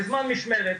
בזמן משמרת,